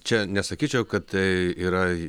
čia nesakyčiau kad tai yra